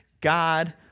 God